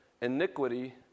iniquity